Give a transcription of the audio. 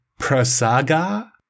Prasaga